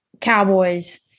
Cowboys